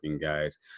guys